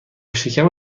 شکم